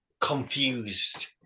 confused